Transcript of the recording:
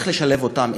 איך לשלב אותם,